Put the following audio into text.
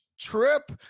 trip